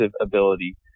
ability